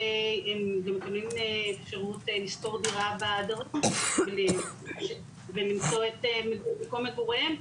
הם מקבלים אפשרות לשכור דירה בדרום ולמצוא את מקום מגוריהם,